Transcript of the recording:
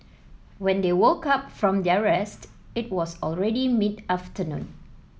when they woke up from their rest it was already mid afternoon